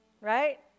Right